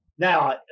Now